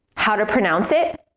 how to pronounce it,